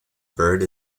bird